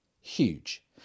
huge